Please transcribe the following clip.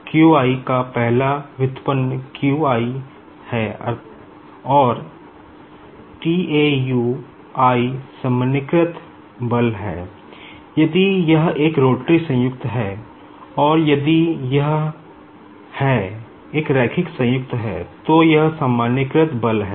q i का पहला व्युत्पन्न q i है और tau i सामान्यीकृत बल है यदि यह एक रोटरी संयुक्त है और यदि यह है एक रैखिक संयुक्त है तो यह सामान्यीकृत बल है